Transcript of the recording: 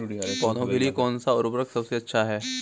पौधों के लिए कौन सा उर्वरक सबसे अच्छा है?